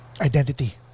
identity